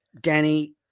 Danny